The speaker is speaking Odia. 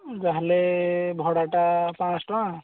ଯାହା ହେଲେ ଭଡ଼ାଟା ପାଞ୍ଚଶହ ଟଙ୍କା